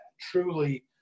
truly